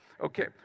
Okay